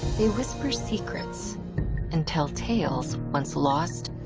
they whisper secrets and tell tales once lost